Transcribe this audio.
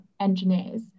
engineers